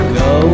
go